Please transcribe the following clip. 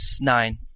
Nine